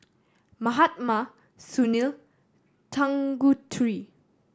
Mahatma Sunil Tanguturi